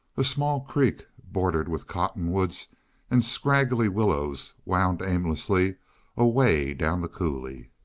a small creek, bordered with cottonwoods and scraggly willows, wound aimlessly away down the coulee.